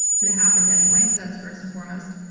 but it happened anyway. so that's first and foremost.